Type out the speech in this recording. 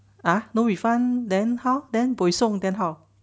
ah no refund then how then buay song then how